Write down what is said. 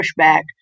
pushback